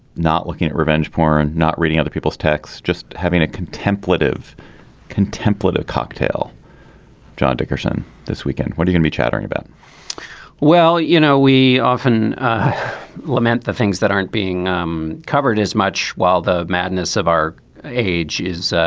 not looking at revenge porn not reading other people's texts just having a contemplative contemplative cocktail john dickerson this weekend we're gonna be chattering about well you know we often lament the things that aren't being um covered as much while the madness of our age is